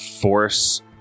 force